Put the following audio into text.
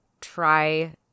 try